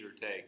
take